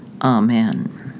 Amen